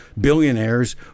billionaires